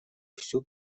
всю